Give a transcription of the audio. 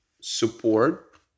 support